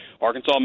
Arkansas